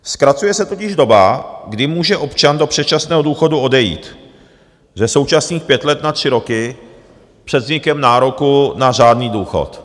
Zkracuje se totiž doba, kdy může občan do předčasného důchodu odejít, ze současných pěti let na tři roky před vznikem nároku na řádný důchod.